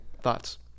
Thoughts